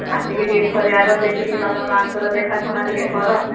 ଆସିକି ଟିକେ ଘରେ ଆଗ ଦେଖିକି ବାପା ମାଆଙ୍କର ଦେଖାଶୁଣା ଟିକେ କର